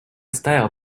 style